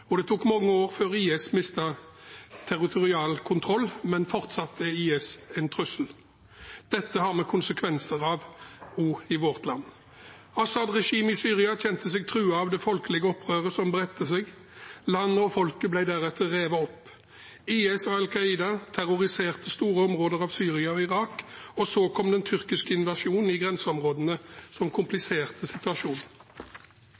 Det tok mange år før IS mistet territorial kontroll, men fortsatt er IS en trussel. Dette ser vi konsekvenser av også i vårt land. Assad-regimet i Syria kjente seg truet av det folkelige opprøret som bredte seg. Landet og folket ble deretter revet opp. IS og Al Qaida terroriserte store områder av Syria og Irak, og så kom den tyrkiske invasjonen i grenseområdene, som